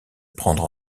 prendre